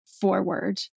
forward